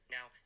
Now